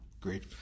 great